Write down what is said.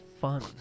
fun